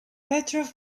petrov